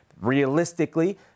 realistically